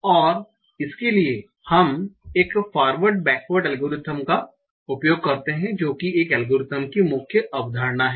और इसके लिए हम एक फारवर्ड बैकवर्ड एल्गोरिथम का उपयोग करते हैं जो कि इस एल्गोरिथ्म की मुख्य अवधारणा है